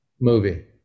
movie